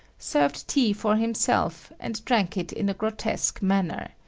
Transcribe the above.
served tea for himself and drank it in a grotesque manner.